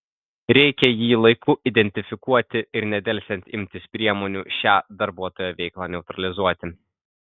reikia jį laiku identifikuoti ir nedelsiant imtis priemonių šią darbuotojo veiklą neutralizuoti